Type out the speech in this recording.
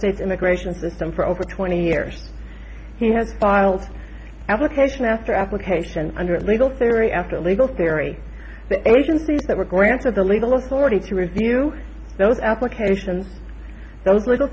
states immigration system for over twenty years he has filed application after application under legal theory after legal theory the agencies that were granted the legal authority to review those applications those little